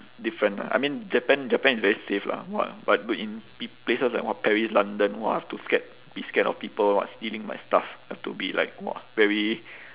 different lah I mean japan japan is very safe lah !wah! but in peo~ places like what paris london !wah! I have to scared be scared of people what stealing my stuff have to be like !wah! very